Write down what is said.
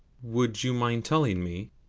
would you mind telling me,